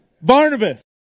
Barnabas